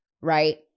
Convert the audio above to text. Right